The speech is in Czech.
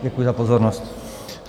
Děkuji za pozornost.